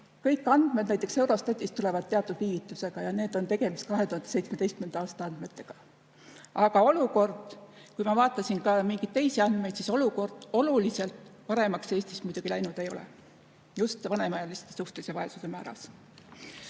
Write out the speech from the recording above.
kõik andmed, näiteks Eurostatist, tulevad teatud viivitusega ja siin on tegemist 2017. aasta andmetega. Aga olukord, kui ma vaatasin ka mingeid teisi andmeid, oluliselt paremaks Eestis muidugi läinud ei ole. Just vanemaealiste suhtelise vaesuse määras.